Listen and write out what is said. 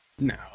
No